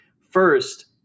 first